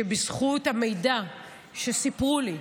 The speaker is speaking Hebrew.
שבזכות המידע שסיפרו לי,